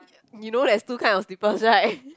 you know there's two kind of slippers right